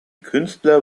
künstler